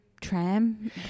Tram